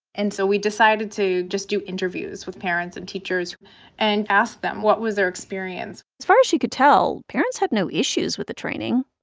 and so we decided to just do interviews with parents and teachers and ask them, what was their experience? as far as she could tell, parents had no issues with the training.